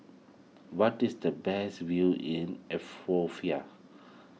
what is the best view in